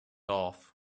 off